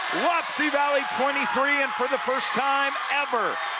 wapsie valley twenty three. and for the first time ever,